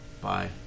Bye